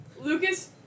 Lucas